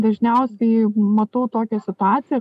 dažniausiai matau tokią situaciją